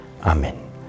Amen